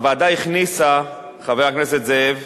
הוועדה הכניסה, חבר הכנסת זאב,